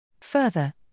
Further